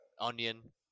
onion